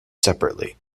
separately